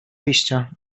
wyjścia